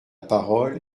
parole